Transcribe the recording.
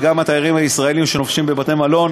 וגם התיירים הישראלים שנופשים בבתי-מלון